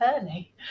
early